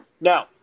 now